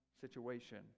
situation